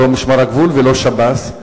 לא משמר הגבול ולא שב"ס,